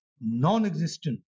non-existent